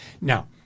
Now